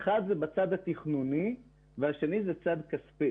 האחת, בצד התכנוני והשנייה בצד הכספי